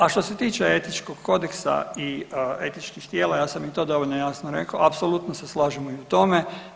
A što se tiče Etičkog kodeksa i Etičkih tijela ja sam i to dovoljno jasno rekao, apsolutno se slažemo i u tome.